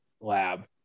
lab